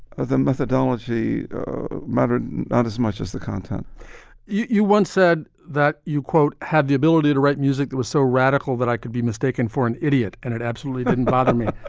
ah the methodology mattered. not as much as the content you you once said that you, quote, had the ability to write music that was so radical that i could be mistaken for an idiot. and it absolutely didn't bother me.